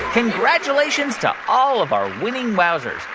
congratulations to all of our winning wowzers.